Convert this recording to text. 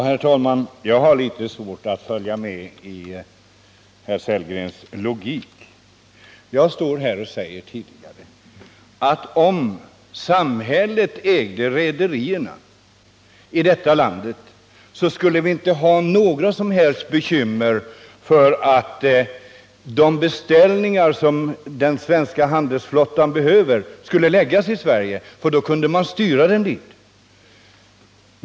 Herr talman! Jag har litet svårt att följa med i herr Sellgrens logik. Jag har sagt att om samhället ägde rederierna i detta land, skulle det inte vara något problem med att den svenska handelsflottan inte skulle lägga sina beställ ningar till Svenska Varv. De kunde styras dit.